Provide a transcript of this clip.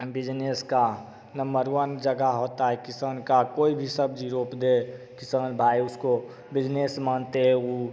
business का number one जगह होता है किसान का कोई भी सब्जी रोप दे किसान भाई उसको बिजनेस मानते हैं ऊ